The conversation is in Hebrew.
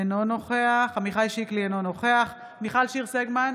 אינו נוכח עמיחי שיקלי, אינו נוכח מיכל שיר סגמן,